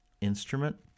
instrument